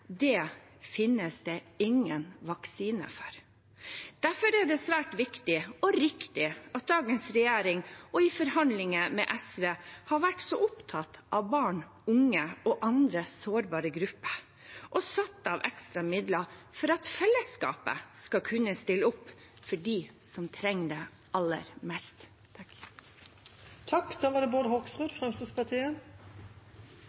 Det finnes det ingen vaksine for. Derfor er det svært viktig – og riktig – at dagens regjering, også i forhandlinger med SV, har vært så opptatt av barn, unge og andre sårbare grupper og satt av ekstra midler for at fellesskapet skal kunne stille opp for dem som trenger det aller mest.